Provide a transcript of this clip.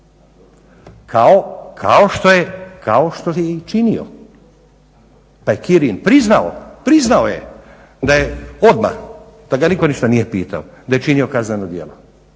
kao što je i činio, pa je Kirin priznao, priznao je da je odmah da ga nitko ništa nije pitao da je činio kazneno djelo.